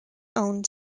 own